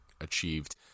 achieved